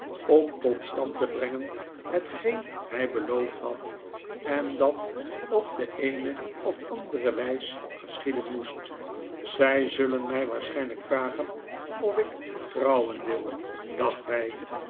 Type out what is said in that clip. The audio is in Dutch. om tot stand te brengen hetgeen hij beloofd had en dat op de eene of andere wijs geschieden moest zij zullen mij waarschijnlijk vragen ofikhentrouwen wil dacht hij